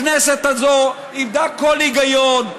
הכנסת הזו איבדה כל היגיון,